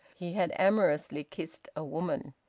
he had amorously kissed a woman.